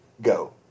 go